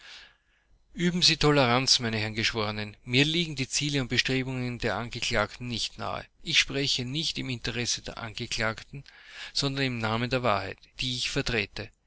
üben sie toleranz meine herren geschworenen mir liegen die ziele und bestrebungen der angeklagten nicht nahe ich spreche nicht im interesse der angeklagten sondern im namen der wahrheit die ich